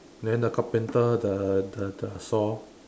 then the carpenter the the the saw